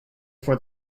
for